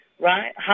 Right